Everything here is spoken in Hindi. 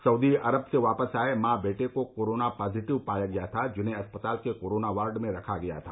सउदी अरब से वापस आये माँ बेटे को कोरोना पॉजिटिव पाया गया था जिन्हें अस्पताल के कोरोना वार्ड में रखा गया था